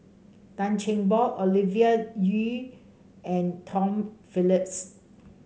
Tan Cheng Bock Ovidia Yu and Tom Phillips